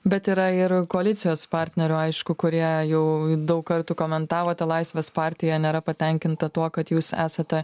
bet yra ir koalicijos partnerių aišku kurie jau daug kartų komentavote laisvės partija nėra patenkinta tuo kad jūs esate